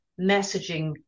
messaging